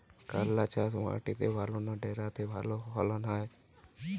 করলা চাষ মাটিতে ভালো না ভেরাতে ভালো ফলন হয়?